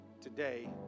today